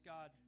God